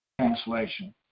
translation